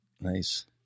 nice